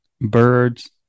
birds